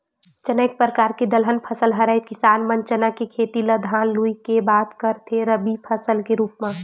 चना एक परकार के दलहन फसल हरय किसान मन चना के खेती ल धान लुए के बाद करथे रबि फसल के रुप म